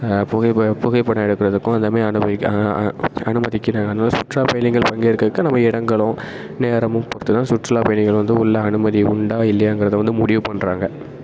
புகைப்படம் புகைப்படம் எடுக்கிறதுக்கும் அந்தமாதிரி அனுமதிக் அனுமதிக்கிறாங்க அதனால் சுற்றுலா பயணிகள் பங்கேற்கிறதுக்கு நம்ம இடங்களும் நேரமும் பொருத்துதான் சுற்றுலா பயணிகள் வந்து உள்ளே அனுமதி உண்டா இல்லையாங்கிறதை வந்து முடிவு பண்ணுறாங்க